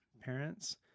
parents